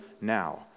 now